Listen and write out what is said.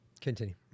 continue